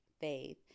faith